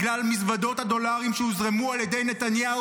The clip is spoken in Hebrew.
בגלל מזוודות הדולרים שהוזרמו על ידי נתניהו